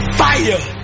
fire